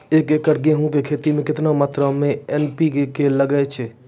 एक एकरऽ गेहूँ के खेती मे केतना मात्रा मे एन.पी.के लगे छै?